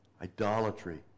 idolatry